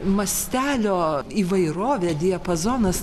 mastelio įvairovė diapazonas